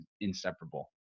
inseparable